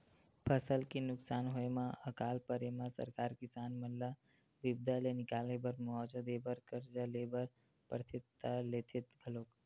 फसल के नुकसान होय म अकाल परे म सरकार किसान मन ल बिपदा ले निकाले बर मुवाजा देय बर करजा ले बर परथे त लेथे घलोक